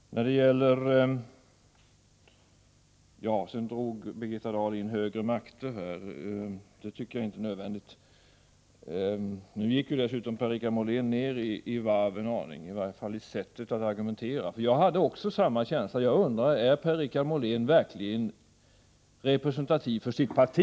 Birgitta Dahl drog sedan in högre makter. Det tycker jag inte är nödvändigt. Per-Richard Molén gick dessutom nu ned i varv en aning, i varje fall i sättet att argumentera. Jag hade nämligen samma känsla som Birgitta Dahl; jag undrade: Är Per-Richard Molén verkligen representativ för sitt parti?